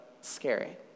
scary